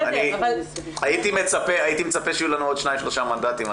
הייתי מצפה שיהיו לנו עוד שניים-שלושה מנדטים,